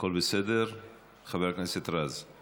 הכול בסדר, חבר הכנסת רז?